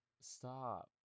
Stop